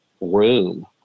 room